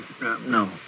No